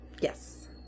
Yes